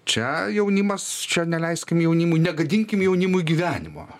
čia jaunimas čia neleiskim jaunimui negadinkim jaunimui gyvenimo